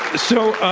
so,